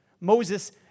Moses